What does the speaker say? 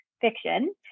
fiction